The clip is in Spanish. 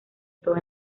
todo